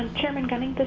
chairman gunning,